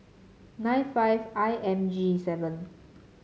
nine five I M G seven